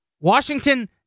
Washington